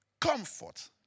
comfort